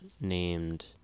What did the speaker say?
named